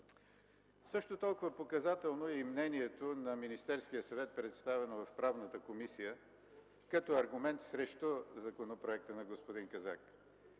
Също толкова показателно е и мнението на Министерския съвет, представено в Правната комисия, като аргумент срещу законопроекта на господин Казак.